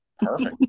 Perfect